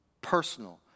Personal